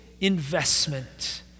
investment